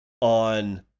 on